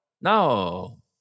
No